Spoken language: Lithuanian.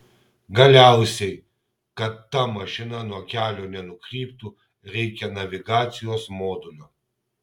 galiausiai kad ta mašina nuo kelio nenukryptų reikia navigacijos modulio